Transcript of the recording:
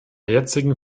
jetzigen